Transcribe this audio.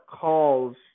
calls